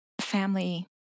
family